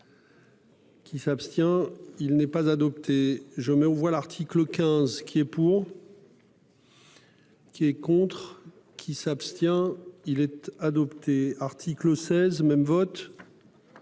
Qui s'abstient. Il n'est pas adopté, je mets aux voix l'article 15 qui est pour.-- Qui est contre qui s'abstient-il être adopté article 16 même votre.